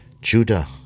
judah